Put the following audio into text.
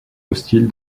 hostile